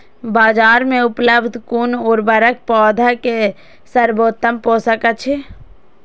बाजार में उपलब्ध कुन उर्वरक पौधा के सर्वोत्तम पोषक अछि?